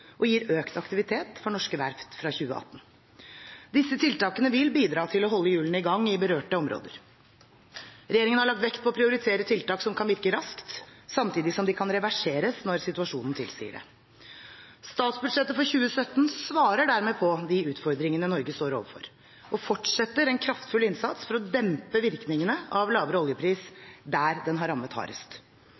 og gir økt aktivitet for norske verft fra 2018. Disse tiltakene vil bidra til å holde hjulene i gang i berørte områder. Regjeringen har lagt vekt på å prioritere tiltak som kan virke raskt, samtidig som de kan reverseres når situasjonen tilsier det. Statsbudsjettet for 2017 svarer dermed på de utfordringene Norge står overfor, og fortsetter en kraftfull innsats for å dempe virkningene av lavere oljepris der den har rammet hardest.